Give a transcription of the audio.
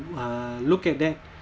uh look at that